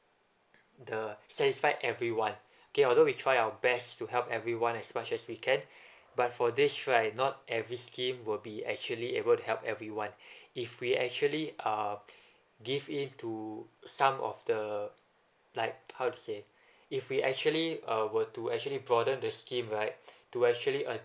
the satisfy everyone although we try our best to help everyone as much as we can but for this right not every scheme will be actually able to help everyone if we actually uh give in to some of the like how to say if we actually uh were to actually bother the scheme right to actually